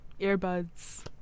earbuds